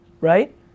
right